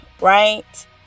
right